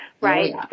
Right